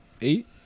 Eight